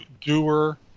doer